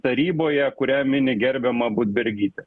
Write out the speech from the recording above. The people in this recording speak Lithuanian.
taryboje kurią mini gerbiama budbergytė